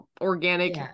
Organic